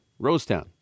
Rosetown